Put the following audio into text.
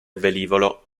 velivolo